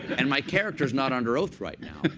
and my character's not under oath right now.